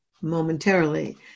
momentarily